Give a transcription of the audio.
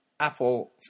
Apple